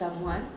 someone